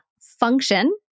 function